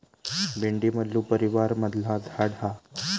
भेंडी मल्लू परीवारमधला झाड हा